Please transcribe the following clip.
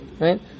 Right